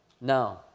No